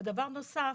ודבר נוסף,